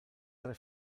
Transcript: tre